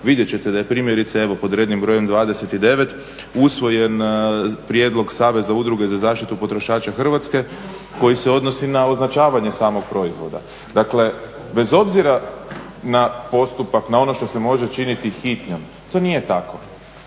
vidjet ćete da je primjerice evo pod rednim brojem 29. usvojen prijedlog Saveza udruga za zaštitu potrošača Hrvatske koji se odnosi na označavanje samog proizvoda. Dakle, bez obzira na postupak, na ono što se može činiti hitnjom, to nije tako.